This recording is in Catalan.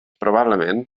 probablement